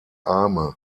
arme